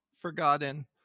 Forgotten